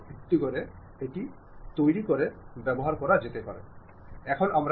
ഉദാഹരണത്തിന് ഒരു പുതിയ നയം പ്രഖ്യാപിക്കുകയും ഒരു പുതിയ നടപടി എടുക്കുകയും ചെയ്തു